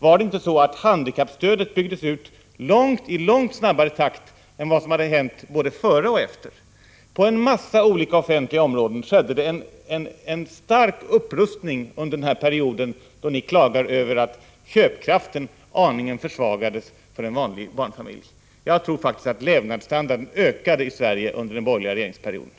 Var det inte så, att handikappstödet byggdes ut i långt snabbare takt än både före och efter? På en mängd olika offentliga områden skedde det en stark upprustning under den här perioden — och så klagar ni över att köpkraften försvagades en liten aning för en vanlig barnfamilj! Jag tror faktiskt att levnadsstandarden ökade i Sverige under den borgerliga regeringsperioden.